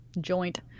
Joint